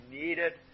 needed